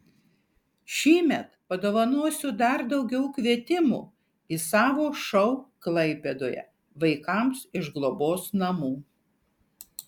šįmet padovanosiu dar daugiau kvietimų į savo šou klaipėdoje vaikams iš globos namų